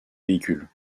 véhicule